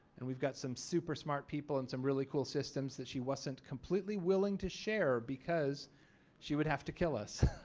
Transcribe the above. and we've got some super smart people and some really cool systems that she wasn't completely willing to share because she would have to kill us.